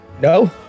No